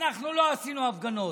אנחנו לא עשינו הפגנות.